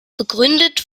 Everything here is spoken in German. begründet